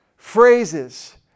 phrases